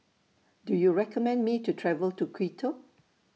Do YOU recommend Me to travel to Quito